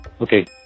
okay